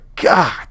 God